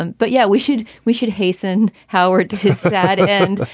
and but yeah, we should we should hasten howard to his side.